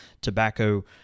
tobacco